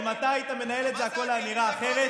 אם אתה היית מנהל את זה, הכול היה נראה אחרת.